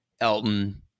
Elton